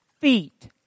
feet